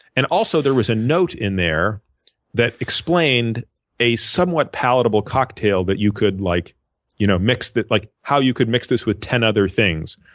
and also there was a note in there that explained a somewhat palatable cocktail that you could like you know mix like how you could mix this with ten other things.